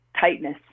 tightness